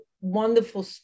wonderful